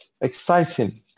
exciting